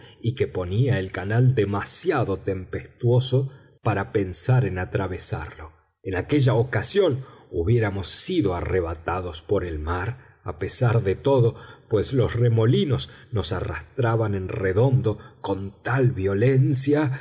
y que ponía el canal demasiado tempestuoso para pensar en atravesarlo en aquella ocasión hubiéramos sido arrebatados por el mar a pesar de todo pues los remolinos nos arrastraban en redondo con tal violencia